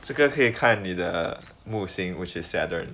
这个可以看你的木星 which is saturn